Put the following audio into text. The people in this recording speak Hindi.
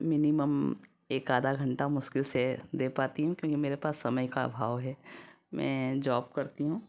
मिनिमम एक आधा घंटा मुश्किल से दे पाती हूँ क्योंकि मेरे पास समय का अभाव है मैं जॉब करती हूँ